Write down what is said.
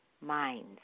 minds